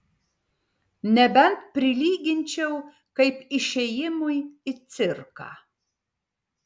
nebent prilyginčiau kaip išėjimui į cirką